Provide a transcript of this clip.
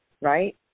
right